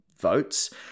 votes